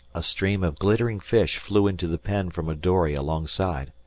a stream of glittering fish flew into the pen from a dory alongside.